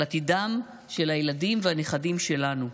על עתידם של הילדים והנכדים שלנו.